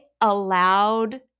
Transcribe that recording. allowed